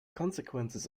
consequences